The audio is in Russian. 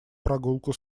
прогулку